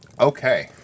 Okay